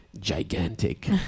gigantic